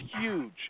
huge